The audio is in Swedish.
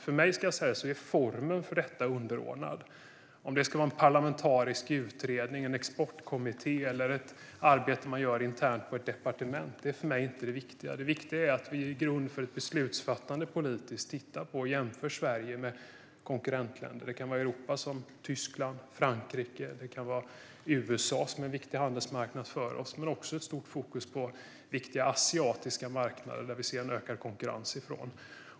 För mig är formen för detta underordnad. Om det ska vara en parlamentarisk utredning, en exportkommitté eller ett arbete man gör internt på ett departement är för mig inte det viktiga. Det viktiga är att vi som grund för politiskt beslutsfattande tittar på och jämför Sverige med konkurrentländer. Det kan vara länder i Europa, till exempel Tyskland eller Frankrike, eller det kan vara USA, som är en viktig handelsmarknad för oss. Men ett stort fokus bör också ligga på viktiga asiatiska marknader, som vi ser en ökad konkurrens från.